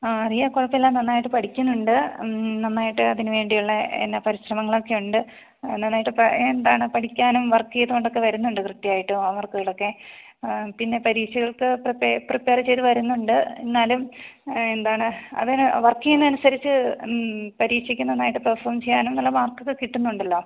ആ റിയ കുഴപ്പമില്ല നന്നായിട്ട് പഠിക്കുന്നുണ്ട് നന്നായിട്ട് അതിന് വേണ്ടിയുള്ള എല്ലാ പരിശ്രമങ്ങളൊക്കെ ഉണ്ട് നന്നായിട്ട് പ എന്താണ് പഠിക്കാനും വര്ക്ക് ചെയ്തോണ്ടൊക്കെ വരുന്നുണ്ട് കൃത്യമായിട്ടും ഹോം വര്ക്ക്കളൊക്കെ പിന്നെ പരീക്ഷകള്ക്ക് പ്രിപ്പേ പ്രിപ്പേറ് ചെയ്ത് വരുന്നുണ്ട് എന്നാലും എന്താണ് അതിന് വര്ക്ക് ചെയ്യുന്നത് അനുസരിച്ച് പരീക്ഷയ്ക്ക് നന്നായിട്ട് പെര്ഫോം ചെയ്യാനും നല്ല മാര്ക്കൊക്കെ കിട്ടുന്നുണ്ടല്ലോ